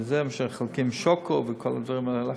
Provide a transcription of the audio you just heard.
כשמחלקים שוקו וכל הדברים האלה,